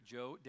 Joe